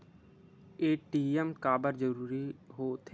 ATM काबर जरूरी हो थे?